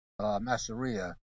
Masseria